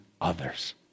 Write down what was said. others